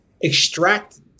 extract